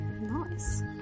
Nice